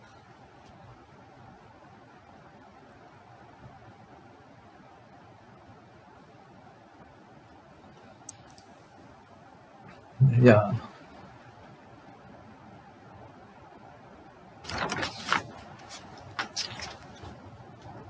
ya